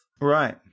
Right